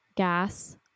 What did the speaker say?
gas